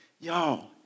Y'all